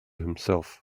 himself